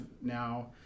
now